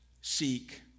seek